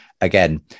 Again